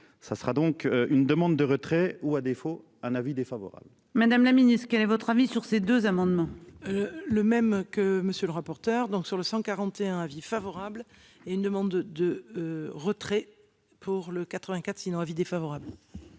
ça sera donc une demande de retrait ou à défaut un avis défavorable. Madame la Ministre, quel est votre avis sur. Ces deux amendements. Le même que monsieur le rapporteur. Donc sur le 141. Avis favorable et une demande de. Retrait pour le 84 sinon avis défavorable.